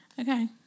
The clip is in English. Okay